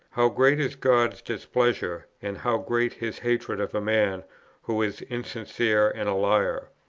how great is god's displeasure and how great his hatred of a man who is insincere and a liar.